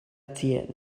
tienne